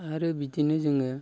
आरो बिदिनो जोङो